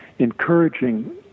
encouraging